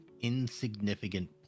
insignificant